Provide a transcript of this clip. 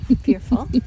fearful